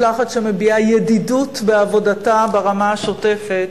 משלחת שמביעה ידידות בעבודתה ברמה השוטפת,